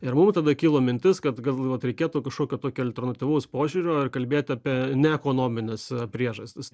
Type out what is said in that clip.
ir mum tada kilo mintis kad galbūt reikėtų kažkokio tokio alternatyvaus požiūrio ir kalbėt apie neekonomines priežastis